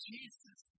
Jesus